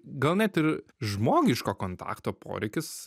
gal net ir žmogiško kontakto poreikis